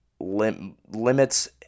limits